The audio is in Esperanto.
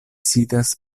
sidas